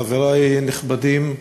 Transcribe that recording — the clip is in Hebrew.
חברי הנכבדים,